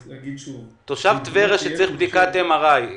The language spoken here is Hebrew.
תושבי טבריה שצריכים בדיקת MRI,